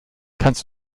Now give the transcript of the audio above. kannst